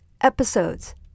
episodes